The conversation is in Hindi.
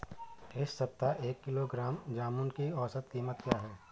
इस सप्ताह एक किलोग्राम जामुन की औसत कीमत क्या है?